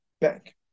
Bank